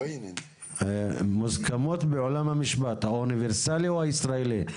מוסכמות בעולם המשפט האוניברסלי או הישראלי?